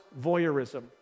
voyeurism